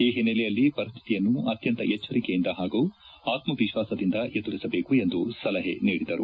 ಈ ಹಿನ್ನೆಲೆಯಲ್ಲಿ ಪರಿಸ್ಲಿತಿಯನ್ನು ಆತ್ಯಂತ ಎಚ್ಚರಿಕೆಯಿಂದ ಹಾಗೂ ಆತ್ಪವಿಶ್ವಾಸದಿಂದ ಎದುರಿಸಬೇಕು ಎಂದು ಸಲಹೆ ನೀಡಿದರು